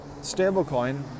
stablecoin